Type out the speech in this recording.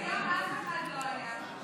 אף אחד לא היה שם.